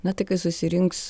na tai kai susirinks